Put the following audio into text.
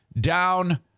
down